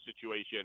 situation